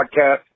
podcast